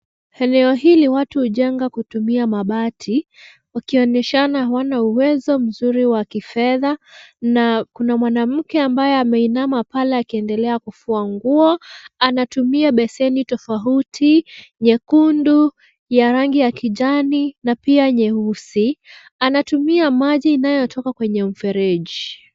Eneo hili watu hujenga kutumia mabati wakionyeshana hawana uwezo mzuri wa kifedha na kuna mwanamke ambaye ameinama pale akiendelea kufua nguo, anatumia beseni tofauti, nyekundu, ya rangi ya kijani na pia nyeusi. Anatumia maji inayotoka kwenye mfereji.